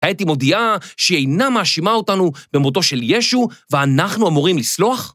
‫כעת היא מודיעה שאינה מאשימה אותנו ‫במותו של ישו ואנחנו אמורים לסלוח?